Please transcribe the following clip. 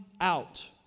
out